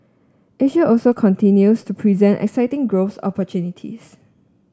Asia also continues to present exciting growth opportunities